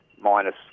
minus